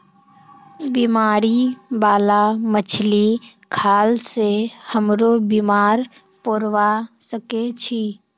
बीमारी बाला मछली खाल से हमरो बीमार पोरवा सके छि